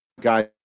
guys